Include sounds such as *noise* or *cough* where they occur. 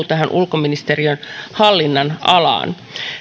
*unintelligible* tähän ulkoministeriön hallinnonalaan